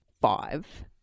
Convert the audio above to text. five